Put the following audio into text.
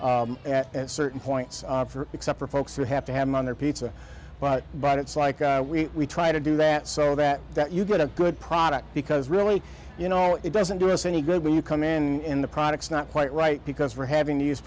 then at certain points except for folks who have to have money or pizza but but it's like i we we try to do that so that that you get a good product because really you know it doesn't do us any good when you come in in the products not quite right because we're having to use